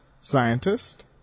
scientist